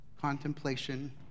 contemplation